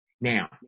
Now